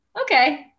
okay